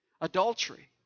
adultery